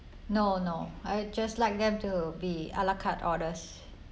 no no I just like them to be ala carte orders